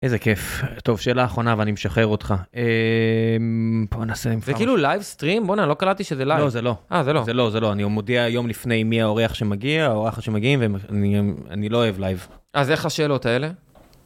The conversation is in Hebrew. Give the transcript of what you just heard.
איזה כיף. טוב, שאלה אחרונה, ואני משחרר אותך. בוא נעשה עם פעם. זה כאילו לייב-סטרים? בוא'נה, לא קלטתי שזה לייב. לא, זה לא. אה, זה לא. זה לא, זה לא. אני מודיע יום לפני מי האורח שמגיע, או האורחת שמגיעים, ואני לא אוהב לייב. אז איך השאלות האלה?